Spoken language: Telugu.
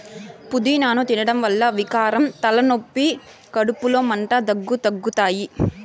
పూదినను తినడం వల్ల వికారం, తలనొప్పి, కడుపులో మంట, దగ్గు తగ్గుతాయి